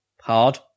hard